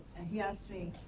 he asked me,